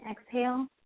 exhale